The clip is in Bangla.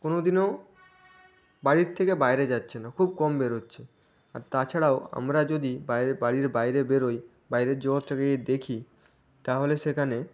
কোনোদিনও বাড়ির থেকে বাইরে যাচ্ছে না খুব কম বেরোচ্ছে আর তাছাড়াও আমরা যদি বাইরে বাড়ির বাইরে বেরোই বাইরের জগৎটাকে যদি দেখি তাহলে সেখানে